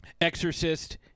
Exorcist